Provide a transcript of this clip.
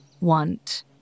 want